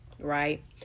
right